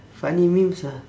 funny memes ah